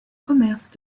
commerce